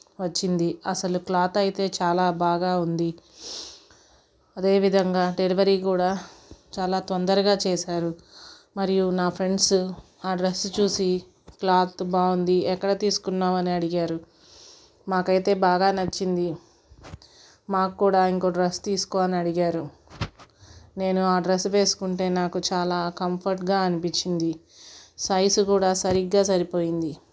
వచ్చింది అసలు క్లాత్ అయితే చాలా బాగా ఉంది అదే విధంగా డెలివరీ కూడా చాలా తొందరగా చేశారు మరియు నా ఫ్రెండ్స్ ఆ డ్రెస్సు చూసి క్లాత్ బాగుంది ఎక్కడ తీసుకున్నావు అని అడిగారు మాకు అయితే బాగా నచ్చింది మాకు కూడా ఇంకోక డ్రెస్ తీసుకో అని అడిగారు నేను ఆ డ్రెస్ వేసుకుంటే నాకు చాలా కంఫర్ట్గా అనిపించింది సైజు కూడా సరిగ్గా సరిపోయింది